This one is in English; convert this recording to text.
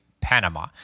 Panama